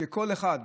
כשלכל אחד